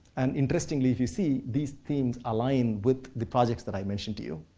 and interestingly, if you see, these themes align with the projects that i mentioned to you,